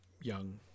young